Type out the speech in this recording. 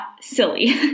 silly